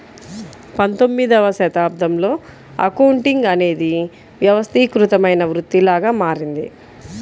పంతొమ్మిదవ శతాబ్దంలో అకౌంటింగ్ అనేది వ్యవస్థీకృతమైన వృత్తిలాగా మారింది